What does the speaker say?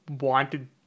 wanted